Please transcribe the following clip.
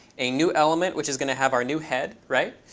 a new element, which is going to have our new head, right?